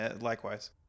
Likewise